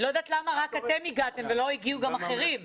אני לא יודעת למה רק אתם הגעתם ולא הגיעו גם אחרים.